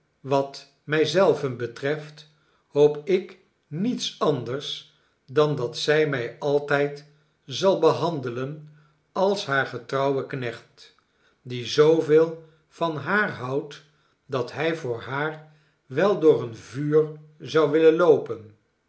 wat mij zelven betreft hoop ik niets anders dan dat zij mij altijd zal behandelen als haar getrouwen knecht die zooveel van haar houdt dat hij voor haar wel door een vuur zou willen loopen